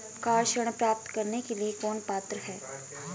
Car ऋण प्राप्त करने के लिए कौन पात्र है?